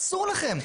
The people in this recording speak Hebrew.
אסור לכם.